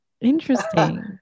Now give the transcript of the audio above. interesting